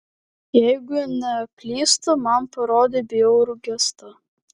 jeigu neklystu man parodei bjaurų gestą